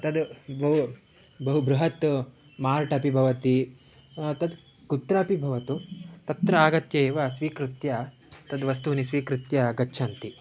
तद् बहु बहु बृहत् मार्ट् अपि भवति तत् कुत्रापि भवतु तत्र आगत्यैव स्वीकृत्य तानि वस्तूनि स्वीकृत्य गच्छन्ति